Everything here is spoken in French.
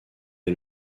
est